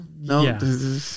No